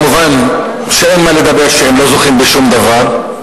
כמובן אין מה לדבר שהם לא זוכים בשום דבר.